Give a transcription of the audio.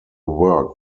work